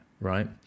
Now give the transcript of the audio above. right